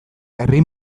herri